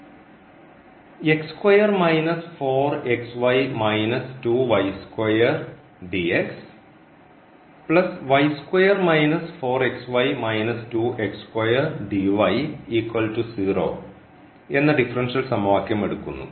എന്ന ഡിഫറൻഷ്യൽ സമവാക്യം എടുക്കുന്നു